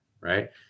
right